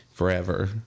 Forever